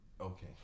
Okay